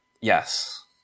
yes